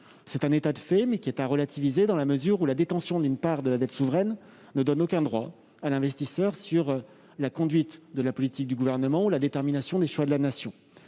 toutefois relativiser cette situation dans la mesure où la détention d'une part de la dette souveraine ne donne aucun droit à l'investisseur sur la conduite de la politique du Gouvernement ou la détermination des choix de la Nation.